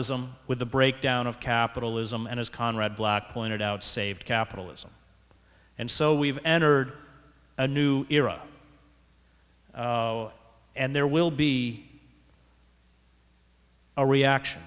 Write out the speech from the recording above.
sm with the breakdown of capitalism and as conrad black pointed out saved capitalism and so we've entered a new era and there will be a reaction